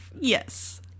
Yes